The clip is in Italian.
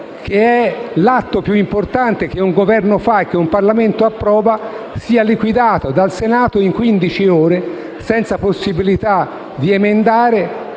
che è l'atto più importante che il Governo fa e il Parlamento approva, sia liquidata dal Senato in quindici ore, senza possibilità di emendare,